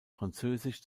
französisch